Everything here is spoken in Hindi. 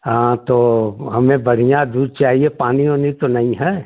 हाँ तो हमे बढ़ियाँ दूध चाहिए पानी ओनी तो नहीं है